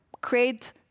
create